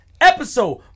episode